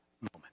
moment